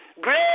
great